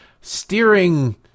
Steering